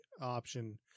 option